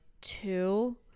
two